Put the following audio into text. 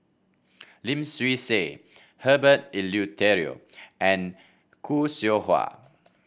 Lim Swee Say Herbert Eleuterio and Khoo Seow Hwa